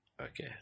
Okay